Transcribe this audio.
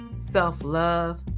self-love